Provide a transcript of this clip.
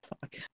Fuck